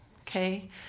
Okay